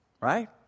right